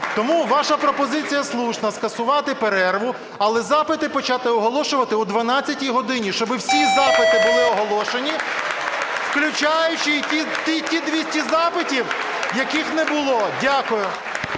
Тому ваша пропозиція слушна скасувати перерву, але запити почати оголошувати о 12-й годині, щоб всі запити були оголошені, включаючи і ті 200 запитів, яких не було. Дякую.